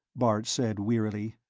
bart said wearily.